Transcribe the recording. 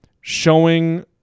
showing